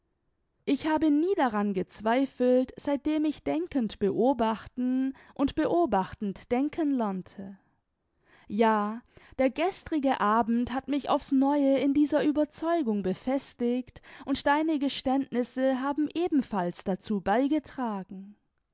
ich habe nie daran gezweifelt seitdem ich denkend beobachten und beobachtend denken lernte ja der gestrige abend hat mich auf's neue in dieser ueberzeugung befestiget und deine geständnisse haben ebenfalls dazu beigetragen